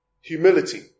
Humility